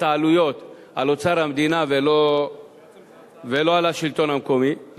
העלויות על אוצר המדינה ולא על השלטון המקומי,